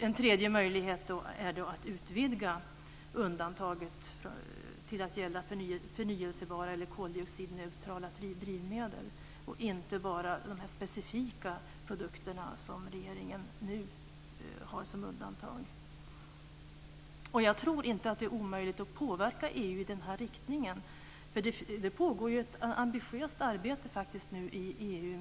En tredje möjlighet är att utvidga undantaget till att gälla förnybara eller koldioxidneutrala drivmedel och inte bara de specifika produkter som regeringen nu anger som undantag. Jag tror inte att det är omöjligt att påverka EU i den riktningen. Det pågår ett ambitiöst arbete i EU.